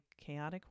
chaotic